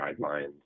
guidelines